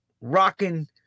Rocking